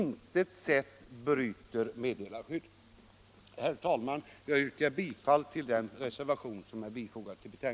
Herr talman! Jag yrkar bifall till reservationen.